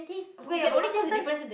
yeah but sometimes